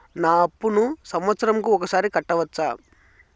నా అప్పును సంవత్సరంకు ఒకసారి కట్టవచ్చా?